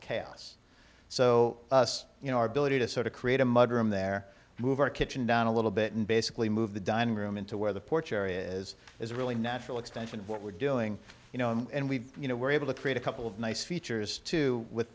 chaos so you know our ability to sort of create a mud room there move our kitchen down a little bit and basically move the dining room into where the porch area is is a really natural extension of what we're doing you know and we you know we're able to create a couple of nice features to with